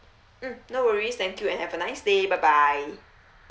mm no worries thank you and have a nice day bye bye